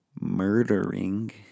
murdering